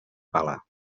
pala